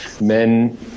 men